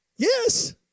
Yes